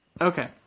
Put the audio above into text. Okay